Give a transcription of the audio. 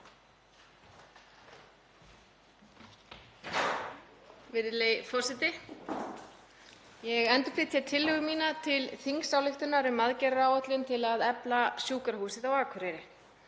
Virðulegi forseti. Ég endurflyt hér tillögu mína til þingsályktunar um aðgerðaáætlun til að efla Sjúkrahúsið á Akureyri.